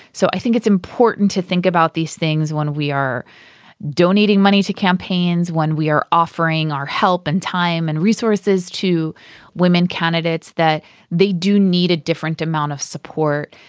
so i think it's important to think about these things when we are donating money to campaigns when we are offering our help and time and resources to women candidates that they do need a different amount of support.